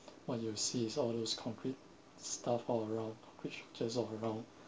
what you see is all those concrete stuff all around which just all around